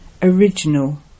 Original